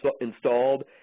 installed